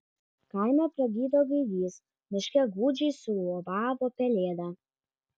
kaime pragydo gaidys miške gūdžiai suūbavo pelėda